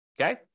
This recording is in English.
okay